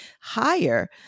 higher